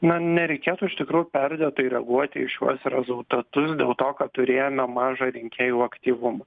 na nereikėtų iš tikrųjų perdėtai reaguoti į šiuos rezultatus dėl to kad turėjome mažą rinkėjų aktyvumą